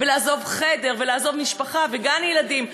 לעזוב חדר ולעזוב משפחה וגן-ילדים.